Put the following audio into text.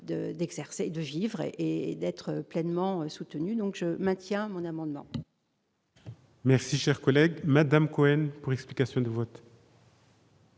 d'exercer de vivre et d'être pleinement soutenus, donc je maintiens mon amendement. Merci, cher collègue Madame Cohen pour l'explication de vote.